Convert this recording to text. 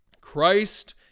Christ